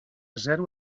zero